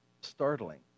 startling